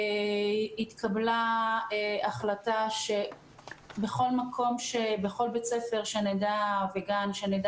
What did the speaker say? התקבלה החלטה שבכל בית ספר וגן שאנחנו